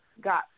got